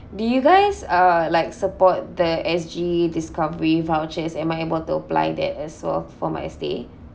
do you guys uh like support the S_G discovery vouchers am I able to apply that as well for my stay